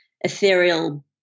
ethereal